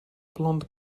blonde